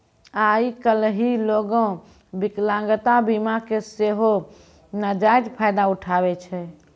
आइ काल्हि लोगें विकलांगता बीमा के सेहो नजायज फायदा उठाबै छै